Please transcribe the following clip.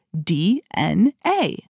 DNA